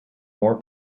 more